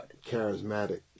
Charismatic